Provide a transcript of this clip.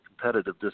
competitive